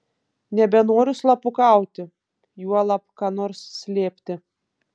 nebenoriu slapukauti juolab ką nors slėpti